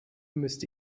müsste